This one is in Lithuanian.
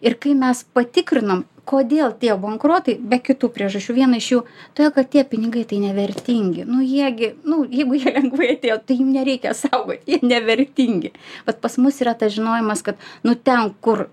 ir kai mes patikrinom kodėl tie bankrotai be kitų priežasčių viena iš jų todėl kad tie pinigai tai nevertingi nu jie gi nu jeigu jie lengvai atėjo tai jų nereikia saugot jie nevertingi vat pas mus yra tas žinojimas kad nu ten kur